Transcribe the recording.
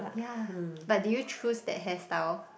yeah but did you choose that hairstyle